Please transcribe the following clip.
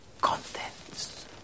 contents